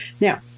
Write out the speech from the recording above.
Now